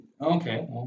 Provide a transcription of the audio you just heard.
Okay